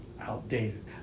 outdated